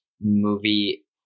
movie